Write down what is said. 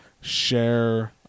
share